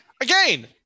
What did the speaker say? Again